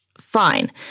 fine